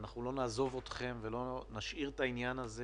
אנחנו לא נעזוב אתכן ולא נשאיר את העניין הזה